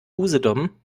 usedom